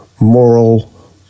moral